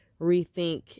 rethink